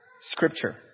scripture